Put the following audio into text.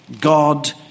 God